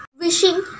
wishing